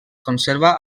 conserva